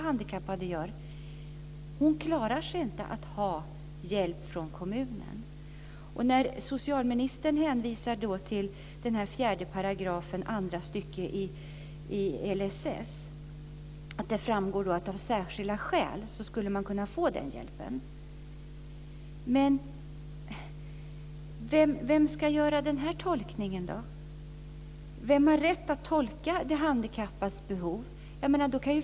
Hon klarar sig inte med att få hjälp från kommunen. Socialministern hänvisar till 4 § andra stycket i LSS, enligt vilket man av särskilda skäl skulle kunna få den hjälp som det gäller. Men vem ska göra den tolkningen? Vem har rätt att bedöma den handikappades behov?